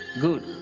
good